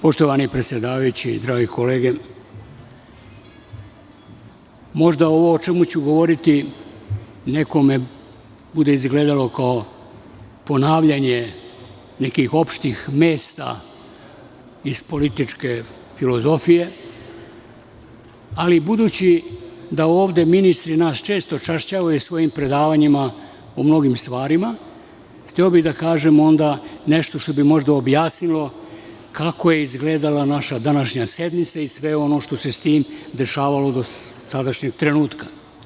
Poštovani predsedavajući, drage kolege, možda ovo o čemu ću govoriti nekome bude izgledalo kao ponavljanje nekih opštih mesta iz političke filozofije, ali budući da nas ovde ministri često čašćavaju svojim predavanjima o mnogim stvarima, hteo bih da kažem onda nešto što bi možda objasnilo kako je izgledala naša današnja sednica i sve ono što se s tim dešavalo do sadašnjeg trenutka.